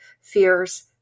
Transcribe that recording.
fears